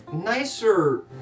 Nicer